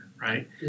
right